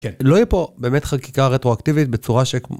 לא יהיה פה באמת חקיקה רטרואקטיבית בצורה ש..